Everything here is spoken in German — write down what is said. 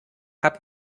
hat